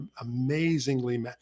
amazingly